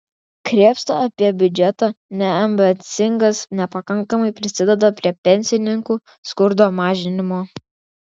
krėpšta apie biudžetą neambicingas nepakankami prisideda prie pensininkų skurdo mažinimo